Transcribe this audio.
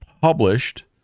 published